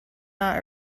not